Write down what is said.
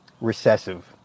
recessive